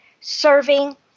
serving